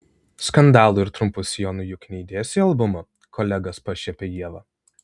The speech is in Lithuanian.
skandalų ir trumpų sijonų juk neįdėsi į albumą kolegas pašiepia ieva